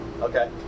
Okay